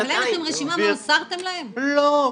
לא,